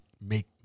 make